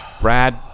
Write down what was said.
Brad